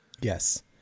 yes